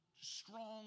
strong